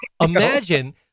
Imagine